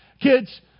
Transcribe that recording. Kids